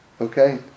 okay